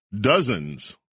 Dozens